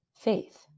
faith